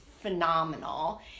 phenomenal